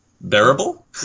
bearable